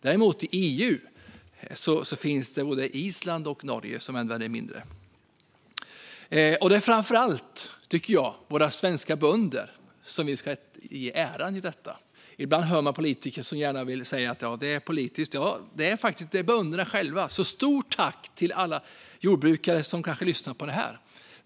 Ser vi på Europa använder Island och Norge mindre. Det är framför allt våra svenska bönder som ska ha äran för detta. Ibland hör man politiker säga att det handlar om politik. Men det är bönderna själva, så stort tack till alla jordbrukare som kanske lyssnar på detta!